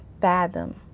fathom